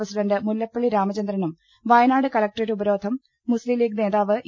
president Mullappally രാമചന്ദ്രനും Wayanad collectorate ഉപരോധം മുസ്തിം ലീഗ് നേതാവ് ഇ